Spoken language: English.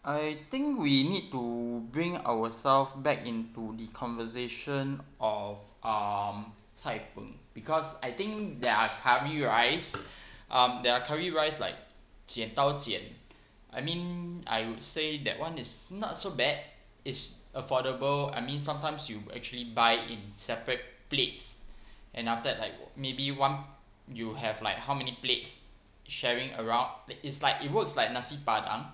I think we need to bring ourself back into the conversation of um cai png because I think there are curry rice um there are curry rice like 剪刀剪 I mean I would say that [one] is not so bad it's affordable I mean sometimes you actually buy in separate plates and after that like maybe one you have like how many plates sharing around li~ it's like it works like nasi-padang